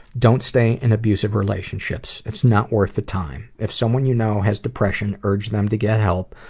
don't stay in abusive relationships. it's not worth the time. if someone you know has depression, urge them to get help,